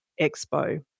Expo